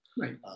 Right